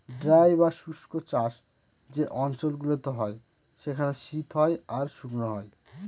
dry বা শুস্ক চাষ যে অঞ্চল গুলোতে হয় সেখানে শীত হয় আর শুকনো হয়